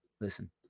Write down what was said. Listen